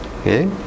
okay